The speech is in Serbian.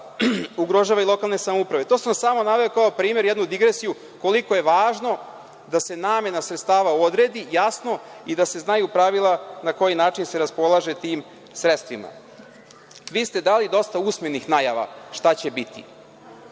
ugrožava i lokalne samouprave. To sam samo naveo kao primer, jednu digresiju koliko je važno da se namena sredstava odredi jasno i da se znaju pravila na koji način se raspolaže tim sredstvima. Vi ste dali dosta usmenih najava šta će biti,